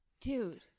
Dude